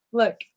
look